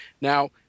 Now